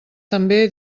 també